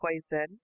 poison